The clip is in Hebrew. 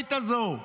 הנוראית הזאת.